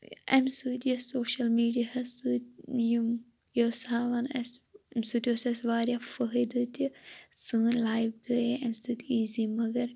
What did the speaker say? امہِ سۭتۍ یُس سوشَل میڈیا ہَس سۭتۍ یِم یہِ اوس ہاوان اَسہِ امہِ سۭتۍ اوس اَسہِ وارِیاہ فٲیدٕ تہِ سٲنۍ لایِف گٔے امہِ سۭتۍ ایزی مَگَر